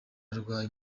arwaye